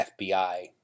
FBI